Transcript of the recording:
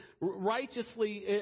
righteously